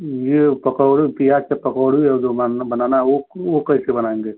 ये पकौड़ी में प्याज के पकौड़ी और जो बन बनाना है वो वो कैसे बनाएँगे